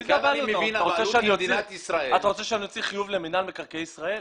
אתה רוצה שאני אוציא חיוב למנהל מקרקעי ישראל?